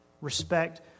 Respect